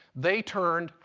they turned